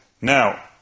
Now